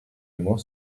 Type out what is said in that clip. amour